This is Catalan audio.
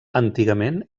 antigament